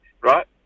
right